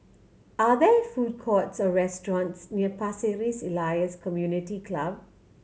are there food courts or restaurants near Pasir Ris Elias Community Club